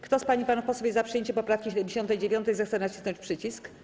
Kto z pań i panów posłów jest za przyjęciem poprawki 79., zechce nacisnąć przycisk.